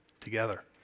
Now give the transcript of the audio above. together